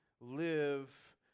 live